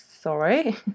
sorry